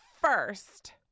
first